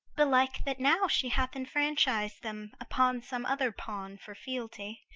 belike that now she hath enfranchis'd them upon some other pawn for fealty.